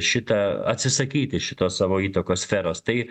šitą atsisakyti šito savo įtakos sferos tai